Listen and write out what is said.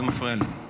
זה מפריע לי.